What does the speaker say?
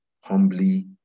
humbly